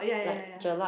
like jelak